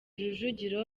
rujugiro